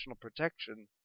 protection